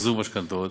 מחזור משכנתאות,